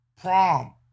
prom